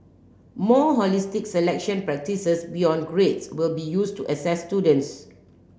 more holistic selection practises beyond grades will be used to assess students